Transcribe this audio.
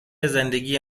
زندگی